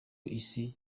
isi